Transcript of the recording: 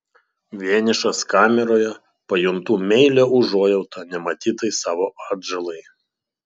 vienišas kameroje pajuntu meilią užuojautą nematytai savo atžalai